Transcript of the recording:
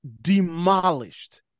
Demolished